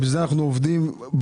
בגלל זה אנחנו עובדים בארץ.